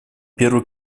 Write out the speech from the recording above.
первый